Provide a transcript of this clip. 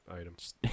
items